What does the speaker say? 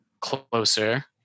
closer